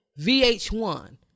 vh1